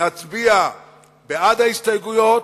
נצביע בעד ההסתייגויות,